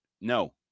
No